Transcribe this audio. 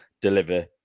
deliver